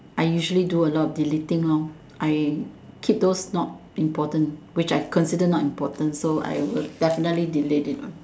I usually do a lot of deleting lor I treat those not important which I consider not important so I will definitely delete it